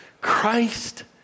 Christ